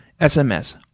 SMS